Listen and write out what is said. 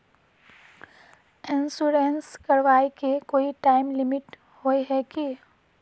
Insurance कराए के कोई टाइम लिमिट होय है की?